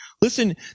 listen